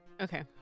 Okay